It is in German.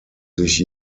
sich